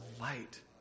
light